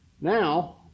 Now